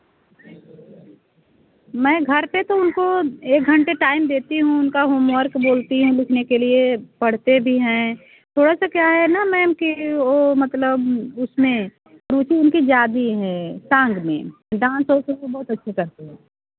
मैं घर पर तो उनको एक घंटे टाइम देती हूँ उनका होमवर्क बोलती हूँ लिखने के लिए पढ़ते भी हैं थोड़ा सा क्या है ना मैम कि वह मतलब उसमें रुचि उनकी ज़्यादा है डांस में डांस तो बहुत अच्छा करते हैं